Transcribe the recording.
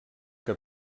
que